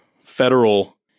Federal